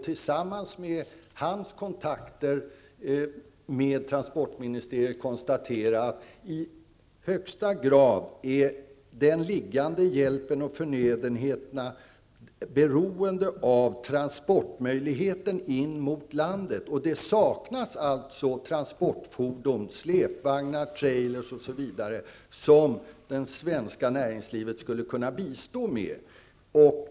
Den här mannen har kontakter med transportministeriet och konstaterar att liggande hjälpsändningar och förnödenheter i högsta grad är beroende av möjligheterna att transportera dessa varor i landet. Det saknas alltså transportfordon, släpvagnar, trailrar osv. -- saker som det svenska näringslivet skulle kunna bistå med.